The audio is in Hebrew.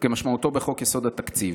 כמשמעותו בחוק יסודות התקציב,